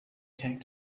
tank